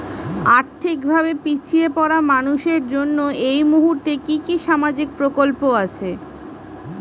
আর্থিক ভাবে পিছিয়ে পড়া মানুষের জন্য এই মুহূর্তে কি কি সামাজিক প্রকল্প আছে?